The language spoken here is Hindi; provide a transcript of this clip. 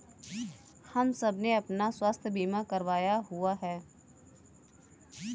हम सबने अपना स्वास्थ्य बीमा करवाया हुआ है